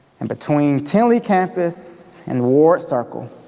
and between tilly campus and ward circle,